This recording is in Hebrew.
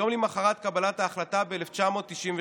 יום למוחרת קבלת ההחלטה ב-1993.